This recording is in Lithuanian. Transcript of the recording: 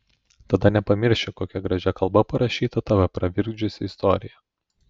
tada nepamirši kokia gražia kalba parašyta tave pravirkdžiusi istorija